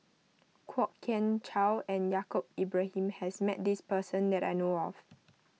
Kwok Kian Chow and Yaacob Ibrahim has met this person that I know of